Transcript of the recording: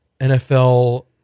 NFL